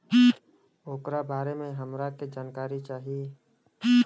ओकरा बारे मे हमरा के जानकारी चाही?